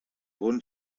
bon